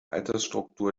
altersstruktur